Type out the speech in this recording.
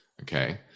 Okay